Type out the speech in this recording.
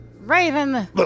Raven